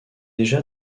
déjà